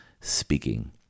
speaking